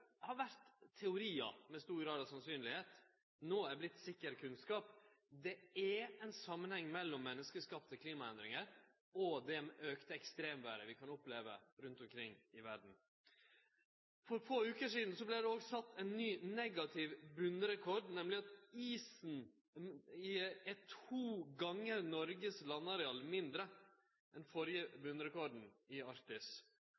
har vore teoriar, med stor grad av sannsyn no har vorte sikker kunnskap. Det er ein samanheng mellom menneskeskapte klimaendringar og det auka ekstremvêret vi kan oppleve rundt omkring i verda. For få veker sidan vart det òg sett ein ny negativ botnrekord: isen i Arktis er to gonger Noregs landareal mindre enn